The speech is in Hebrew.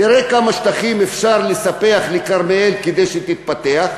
תראה כמה שטחים אפשר לספח לכרמיאל כדי שתתפתח,